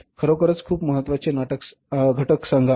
खरोखर खूप महत्वाचे घटक सांगा